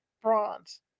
bronze